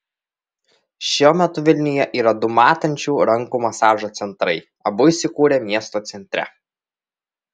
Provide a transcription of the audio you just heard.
šiuo metu vilniuje yra du matančių rankų masažo centrai abu įsikūrę miesto centre